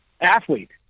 athlete